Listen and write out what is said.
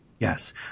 Yes